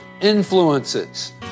influences